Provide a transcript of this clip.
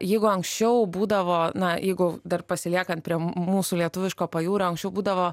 jeigu anksčiau būdavo na jeigu dar pasiliekant prie mūsų lietuviško pajūrio anksčiau būdavo